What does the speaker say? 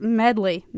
medley